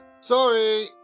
Sorry